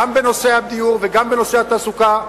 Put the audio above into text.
גם בנושא הבינוי וגם בנושא התעסוקה,